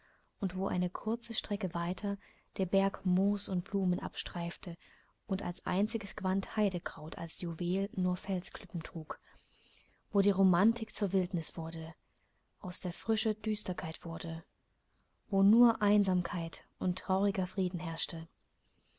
und wo eine kurze strecke weiter der berg moos und blumen abstreifte und als einziges gewand heidekraut als juwel nur felsklippen trug wo die romantik zur wildnis wurde aus der frische düsterkeit wurde wo nur einsamkeit und trauriger frieden herrschte